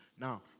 now